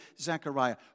Zechariah